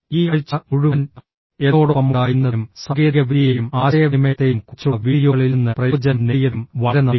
ഈ ആഴ്ച മുഴുവൻ എന്നോടൊപ്പം ഉണ്ടായിരുന്നതിനും സാങ്കേതികവിദ്യയെയും ആശയവിനിമയത്തെയും കുറിച്ചുള്ള വീഡിയോകളിൽ നിന്ന് പ്രയോജനം നേടിയതിനും വളരെ നന്ദി